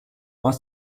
aus